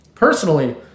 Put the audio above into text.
Personally